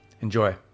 Enjoy